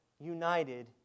united